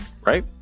Right